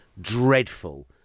dreadful